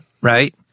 Right